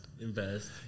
invest